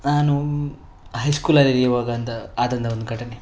ನಾನು ಹೈ ಸ್ಕೂಲಲ್ಲಿ ಇರುವಾಗ ಅಂತ ಆದಂತಹ ಒಂದು ಘಟನೆ